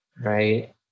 right